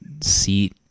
seat